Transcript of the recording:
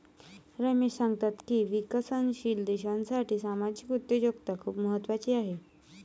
रमेश सांगतात की विकसनशील देशासाठी सामाजिक उद्योजकता खूप महत्त्वाची आहे